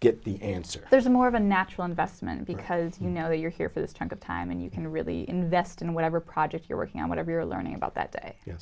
get the answer there's more of a natural investment because you know that you're here for this type of time and you can really invest in whatever project you're working on whatever you're learning about that day